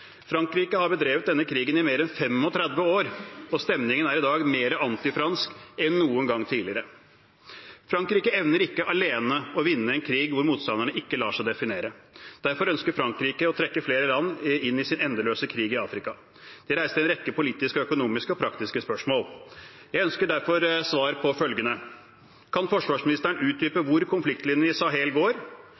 Frankrike har bedrevet denne krigen i mer enn 35 år, og stemningen er i dag mer antifransk enn noen gang tidligere. Frankrike evner ikke alene å vinne en krig der motstanderne ikke lar seg definere. Derfor ønsker Frankrike å trekke flere land inn i sin endeløse krig i Afrika. Det reiser en rekke politiske, økonomiske og praktiske spørsmål. Jeg ønsker derfor svar på følgende: Kan forsvarsministeren utdype hvor konfliktlinjen i Sahel går?